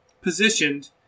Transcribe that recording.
positioned